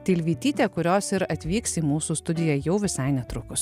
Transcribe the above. tilvytytė kurios ir atvyks į mūsų studiją jau visai netrukus